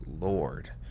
Lord